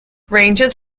ranges